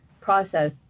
process